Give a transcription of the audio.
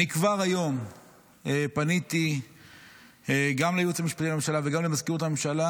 כבר היום פניתי גם לייעוץ המשפטי לממשלה וגם למזכירות הממשלה,